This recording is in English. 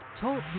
Talk